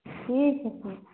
ठीक है ठीक